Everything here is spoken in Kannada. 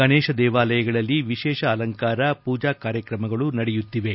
ಗಣೇಶ ದೇವಾಲಯಗಳಲ್ಲಿ ವಿಶೇಷ ಅಲಂಕಾರ ಪೂಜಾ ಕಾರ್ಯಕ್ರಮಗಳು ನಡೆಯುತ್ತಿವೆ